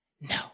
no